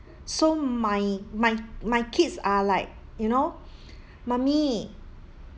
so my my my kids are like you know mummy